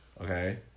Okay